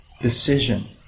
decision